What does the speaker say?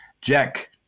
Jack